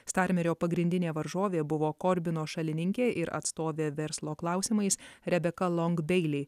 starmerio pagrindinė varžovė buvo korbino šalininkė ir atstovė verslo klausimais rebeka longdeilei